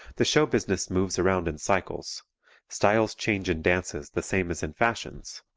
the show business moves around in cycles styles change in dances the same as in fashions.